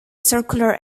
circular